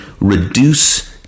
reduce